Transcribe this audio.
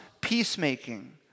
peacemaking